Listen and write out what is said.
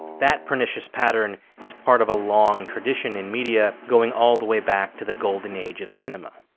that pernicious pattern is part of a long tradition in media going all the way back to the golden age of cinema